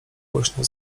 głośno